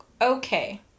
okay